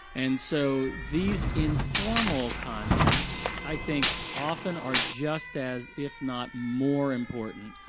and so these informal contacts, i think often are just as, if not more important,